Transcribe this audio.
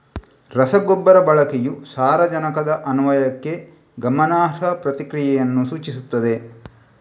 ರಸಗೊಬ್ಬರ ಬಳಕೆಯು ಸಾರಜನಕದ ಅನ್ವಯಕ್ಕೆ ಗಮನಾರ್ಹ ಪ್ರತಿಕ್ರಿಯೆಯನ್ನು ಸೂಚಿಸುತ್ತದೆ